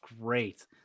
great